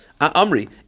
Amri